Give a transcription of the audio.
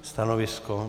Stanovisko?